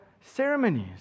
ceremonies